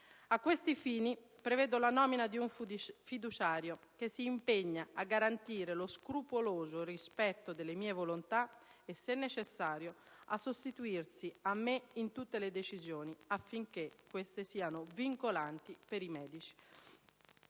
A questi fini, prevedo la nomina di un fiduciario che si impegna a garantire lo scrupoloso rispetto delle mie volontà e, se necessario, a sostituirsi a me in tutte le decisioni, affinché queste siano vincolanti per i medici.